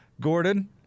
Gordon